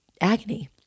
agony